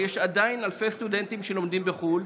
יש עדיין אלפי סטודנטים שלומדים בחו"ל,